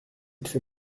qu’il